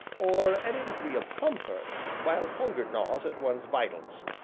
or any degree of comfort, while hunger gnaws at one's vitals,